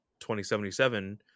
2077